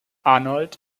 arnold